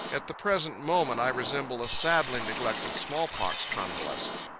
at the present moment i resemble a sadly neglected smallpox convalescent